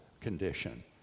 condition